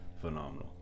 phenomenal